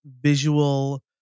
visual